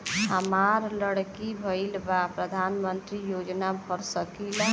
हमार लड़की भईल बा प्रधानमंत्री योजना भर सकीला?